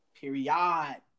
Period